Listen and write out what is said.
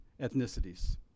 ethnicities